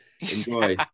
Enjoy